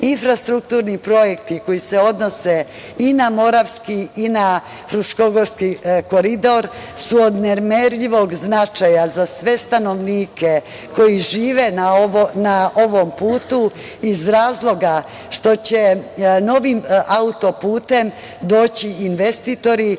Srbiji. Infrastrukturni projekti koji se odnose i na Moravski i na Fruškogorski koridor su od nemerljivog značaja za sve stanovnike koji žive na ovom putu iz razloga što će novim auto-putem doći investitori,